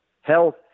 Health